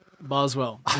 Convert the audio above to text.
Boswell